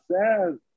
says